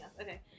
Okay